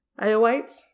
Iowites